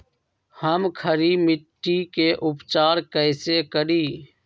हम खड़ी मिट्टी के उपचार कईसे करी?